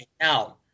now